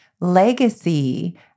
legacy